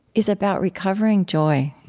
is about recovering joy.